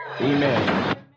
Amen